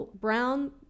Brown